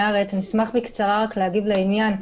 אשמח בקצרה רק להגיב לעניין.